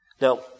Now